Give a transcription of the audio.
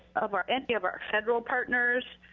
of our and of our federal partners,